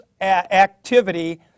activity